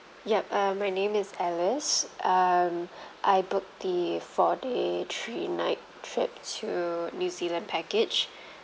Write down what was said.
yup um my name is alice um I booked the four day three night trip to new zealand package